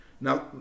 Now